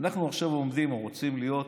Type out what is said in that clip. אנחנו עכשיו עומדים או רוצים להיות,